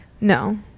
No